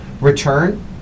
return